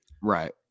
Right